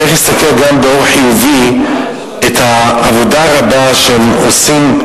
צריך להסתכל גם באור חיובי על העבודה הרבה שהם עושים,